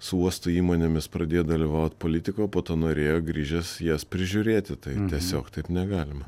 su uosto įmonėmis pradėjo dalyvaut politikoj o po to norėjo grįžęs jas prižiūrėti tai tiesiog taip negalima